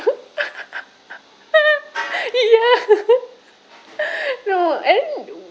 ya no and